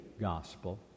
gospel